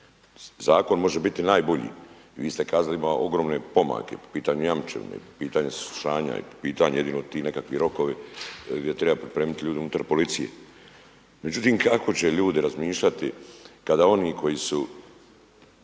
Zakon može biti najbolji i vi ste kazali ima ogromne pomake po pitanju jamčevine, po pitanju saslušanja i po pitanju jedino ti nekakvi rokovi gdje treba pripremiti ljude unutar policije, međutim kako će ljudi razmišljati kada oni koji su